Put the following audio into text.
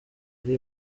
iri